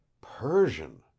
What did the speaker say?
Persian